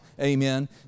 Amen